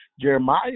Jeremiah